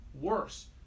worse